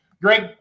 Greg